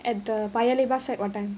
at the paya lebar side what time